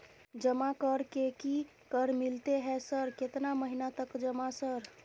जमा कर के की कर मिलते है सर केतना महीना तक जमा सर?